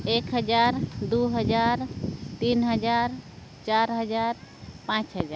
ᱮᱠ ᱦᱟᱡᱟᱨ ᱫᱩ ᱦᱟᱡᱟᱨ ᱛᱤᱱ ᱦᱟᱡᱟᱨ ᱪᱟᱨ ᱦᱟᱡᱟᱨ ᱯᱟᱸᱪ ᱦᱟᱡᱟᱨ